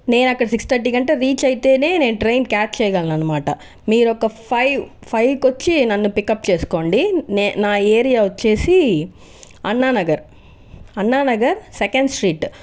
నేను అక్కడ సిక్స్ థర్టీకి అంతా రీచ్ అవుతేనే నేను ట్రైన్ క్యాచ్ చేయగలను అనమాట మీరు ఒక ఫైవ్ ఫైవ్కి వచ్చి నన్ను పికప్ చేసుకోండి నే నా ఏరియా వచ్చేసి అన్నానగర్ అన్నానగర్ సెకండ్ స్ట్రీట్